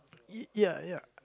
ya ya